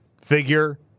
figure